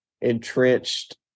entrenched